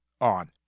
on